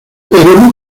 pero